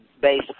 base